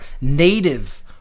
native